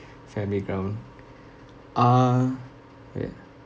family ground uh ya